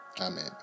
Amen